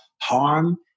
Harm